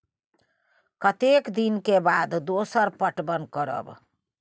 कतेक दिन के बाद दोसर पटवन करब?